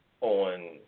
on